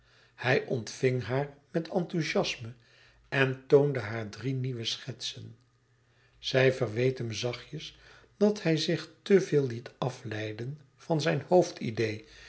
hij ontving haar met enthouziasme en toonde haar drie nieuwe schetsen zij verweet hem zachtjes dat hij zich te veel liet afleiden van zijn hoofdidee